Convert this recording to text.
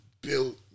built